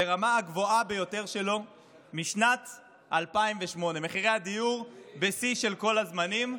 לרמה הגבוהה ביותר שלו משנת 2008. מחירי הדיור בשיא של כל הזמנים.